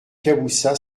caboussat